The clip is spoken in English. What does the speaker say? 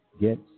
get